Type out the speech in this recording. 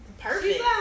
Perfect